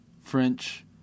french